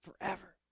forever